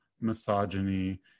misogyny